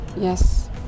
yes